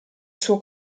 suo